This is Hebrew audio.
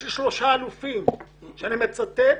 אני מצטט